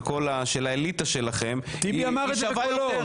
של האליטה שלכם --- ביבי אמר את זה בקולו.